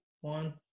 one